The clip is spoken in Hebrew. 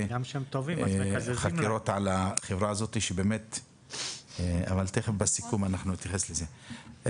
חקירות על החברה הזאת אבל בסיכום נתייחס לזה.